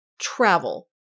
travel